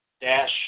dash